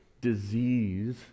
disease